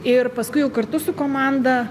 ir paskui jau kartu su komanda